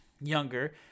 younger